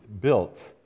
built